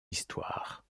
histoire